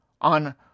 on